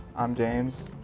i'm james.